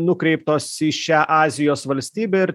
nukreiptos į šią azijos valstybę ir